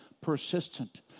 persistent